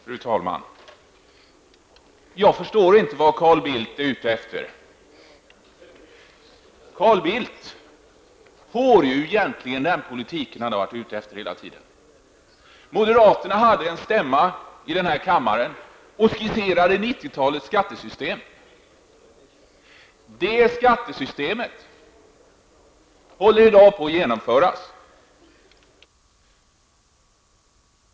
Fru talman! Jag förstår inte vad Carl Bildt är ute efter. Carl Bildt får nu egentligen igenom den politik han har varit ute efter hela tiden. Moderaterna hade sin stämma i riksdagshuset och skisserade 90-talets skattesystem. Det skattesystemet håller i dag på att genomföras.